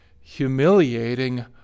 humiliating